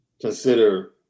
consider –